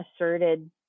asserted